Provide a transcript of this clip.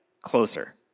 closer